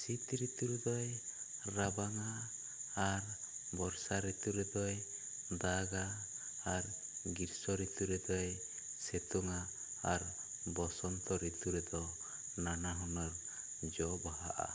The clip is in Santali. ᱥᱤᱛ ᱨᱤᱛᱩ ᱨᱮ ᱫᱚᱭ ᱨᱟᱵᱟᱝᱟ ᱟᱨ ᱵᱚᱨᱥᱟ ᱨᱤᱛᱩ ᱨᱮ ᱫᱚᱭ ᱫᱟᱜᱟ ᱟᱨ ᱜᱤᱨᱥᱚ ᱨᱤᱛᱩ ᱨᱮᱫᱚᱭ ᱥᱤᱛᱩᱝᱼᱟ ᱟᱨ ᱵᱚᱥᱚᱱᱛᱚ ᱨᱤᱛᱩ ᱨᱮ ᱫᱚ ᱱᱟᱱᱟ ᱦᱩᱱᱟᱹᱨ ᱡᱚ ᱵᱟᱦᱟᱜᱼᱟ